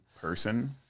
person